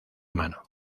mano